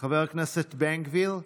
חבר הכנסת בן גביר,